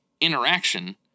interaction